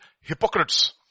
hypocrites